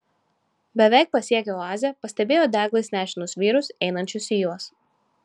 beveik pasiekę oazę pastebėjo deglais nešinus vyrus einančius į juos